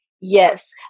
Yes